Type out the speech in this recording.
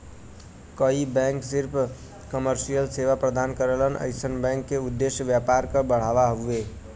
कई बैंक सिर्फ कमर्शियल सेवा प्रदान करलन अइसन बैंक क उद्देश्य व्यापार क बढ़ाना हउवे